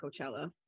Coachella